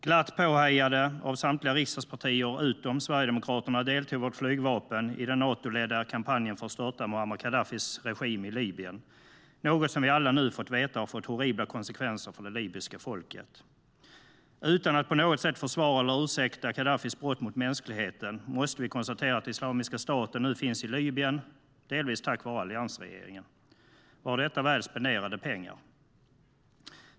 Glatt påhejade av samtliga riksdagspartier, utom Sverigedemokraterna, deltog vårt flygvapen i den Natoledda kampanjen för att störta Muammar Gaddafis regim i Libyen. Nu vet vi alla att det har fått horribla konsekvenser för det libyska folket. Utan att på något sätt försvara eller ursäkta Gaddafis brott mot mänskligheten måste vi konstatera att Islamiska staten nu finns i Libyen, delvis tack vare alliansregeringen. Var detta väl spenderade pengar?